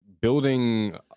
building